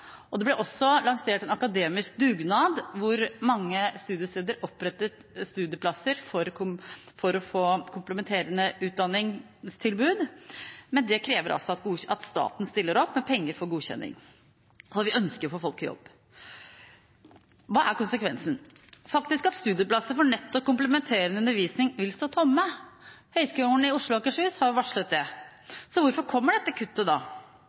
og det ble også lansert en akademisk dugnad hvor mange studiesteder opprettet studieplasser for å få kompletterende utdanningstilbud, men det krever at staten stiller opp med penger for godkjenning, for vi ønsker å få folk i jobb. Hva er konsekvensen? Faktisk er det at studieplasser for nettopp kompletterende undervisning vil stå tomme. Høgskolen i Oslo og Akershus har varslet det. Så hvorfor kommer dette kuttet?